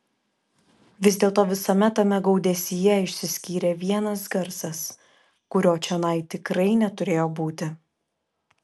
vis dėlto visame tame gaudesyje išsiskyrė vienas garsas kurio čionai tikrai neturėjo būti